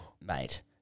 Mate